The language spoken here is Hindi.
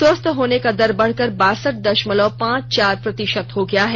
स्वस्थ होने का दर बढ़कर बासठ दशमलव पांच चार प्रतिशत हो गया है